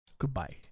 Goodbye